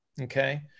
Okay